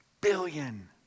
Billion